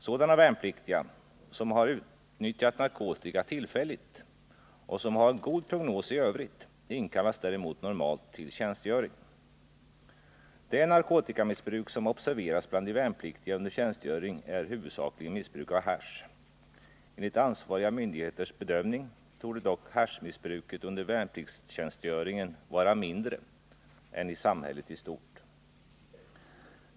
Sådana värnpliktiga som har utnyttjat narkotika tillfälligt och som har god prognos i övrigt inkallas däremot normalt till tjänstgöring. Det narkotikamissbruk som observeras bland värnpliktiga under tjänstgöring är huvudsakligen missbruk av hasch. Enligt ansvariga myndigheters bedömning torde dock haschmissbruket under värnpliktstjänstgöringen vara mindre än i samhället i stort.